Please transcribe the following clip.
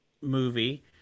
movie